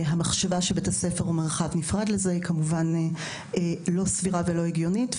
המחשבה שבית הספר הוא מרחב נפרד מזה היא כמובן לא סבירה ולא הגיונית.